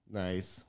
nice